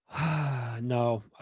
No